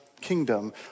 kingdom